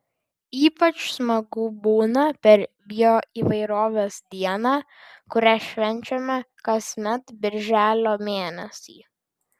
ypač smagu būna per bioįvairovės dieną kurią švenčiame kasmet birželio mėnesį